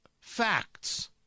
facts